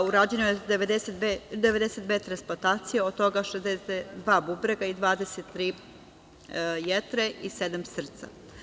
Urađeno je 92 transplantacije, od toga 62 bubrega i 23 jetre i sedam srca.